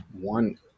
one